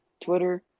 twitter